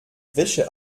wäsche